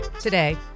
Today